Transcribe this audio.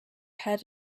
head